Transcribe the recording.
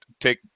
take